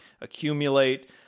accumulate